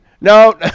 No